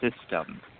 system